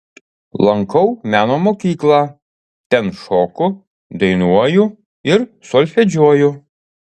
lankau meno mokyklą ten šoku dainuoju ir solfedžiuoju